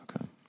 Okay